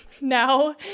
now